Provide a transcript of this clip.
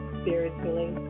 spiritually